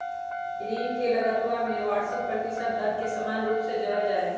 ऋण के लगतवा में वार्षिक प्रतिशत दर के समान रूप से जोडल जाहई